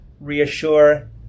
reassure